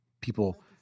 People